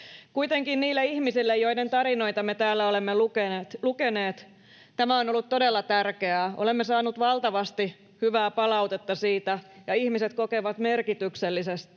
Kuitenkin niille ihmisille, joiden tarinoita me täällä olemme lukeneet, tämä on ollut todella tärkeää. Olemme saaneet valtavasti hyvää palautetta siitä ja ihmiset kokevat merkitykselliseksi